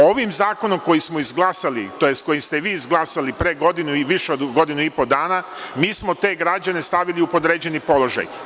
Ovim zakonom koji smo izglasali, tj. koji ste vi izglasali pre godinu i više od godinu i po dana, mi smo te građane stavili u podređeni položaj.